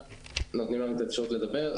שניתנה לי הזכות לדבר.